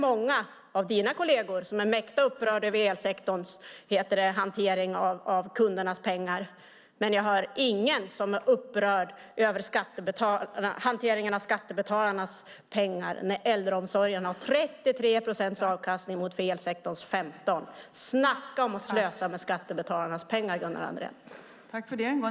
Många av dina kolleger är mäkta upprörda över elsektorns hantering av kundernas pengar. Men jag hör inte att någon är upprörd över hanteringen av skattebetalarnas pengar när äldreomsorgen har 33 procents avkastning jämfört med elsektorns 15 procent. Snacka om att slösa med skattebetalarnas pengar, Gunnar Andrén!